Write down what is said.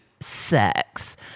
sex